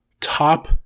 top